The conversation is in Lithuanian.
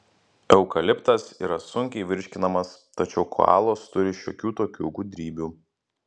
eukaliptas yra sunkiai virškinamas tačiau koalos turi šiokių tokių gudrybių